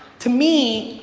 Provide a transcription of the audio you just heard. to me,